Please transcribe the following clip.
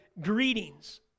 Greetings